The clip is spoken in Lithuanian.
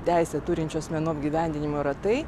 teisę turinčių asmenų apgyvendinimo yra tai